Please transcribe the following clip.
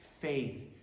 faith